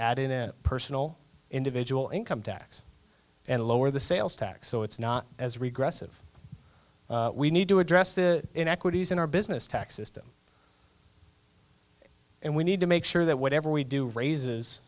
in personal individual income tax and lower the sales tax so it's not as regressive we need to address the inequities in our business tax system and we need to make sure that whatever we do raises